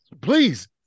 Please